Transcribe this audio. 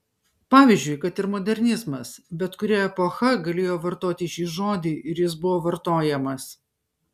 pavyzdžiui kad ir modernizmas bet kuri epocha galėjo vartoti šį žodį ir jis buvo vartojamas